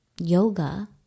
yoga